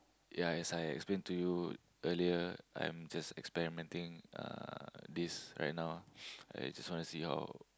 ya as I explained to you earlier I'm just experimenting uh this right now I just want to see how